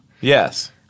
Yes